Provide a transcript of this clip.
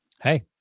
Hey